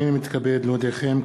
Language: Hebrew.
הנני מתכבד להודיעכם,